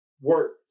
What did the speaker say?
work